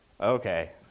okay